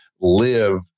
live